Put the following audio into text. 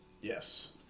Yes